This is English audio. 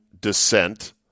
descent